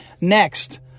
next